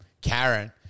Karen